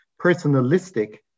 personalistic